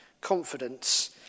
confidence